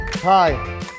Hi